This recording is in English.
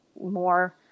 more